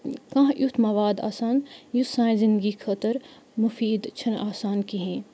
کانٛہہ یُتھ مواد آسان یُس سانہِ زندگی خٲطٕر مُفیٖد چھِنہٕ آسان کِہیٖنۍ